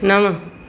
नव